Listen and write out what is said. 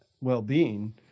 well-being